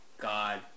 God